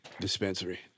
Dispensary